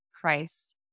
Christ